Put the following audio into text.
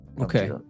Okay